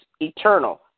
eternal